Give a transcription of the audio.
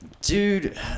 Dude